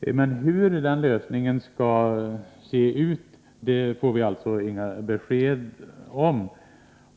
Men hur den lösningen skall se ut, det får vi inga besked om.